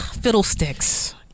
fiddlesticks